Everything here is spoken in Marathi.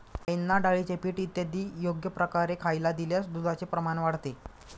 गाईंना डाळीचे पीठ इत्यादी योग्य प्रकारे खायला दिल्यास दुधाचे प्रमाण वाढते